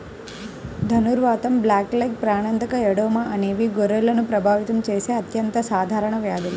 ధనుర్వాతం, బ్లాక్లెగ్, ప్రాణాంతక ఎడెమా అనేవి గొర్రెలను ప్రభావితం చేసే అత్యంత సాధారణ వ్యాధులు